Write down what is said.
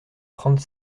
trente